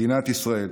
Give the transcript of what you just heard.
מדינת ישראל,